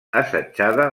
assetjada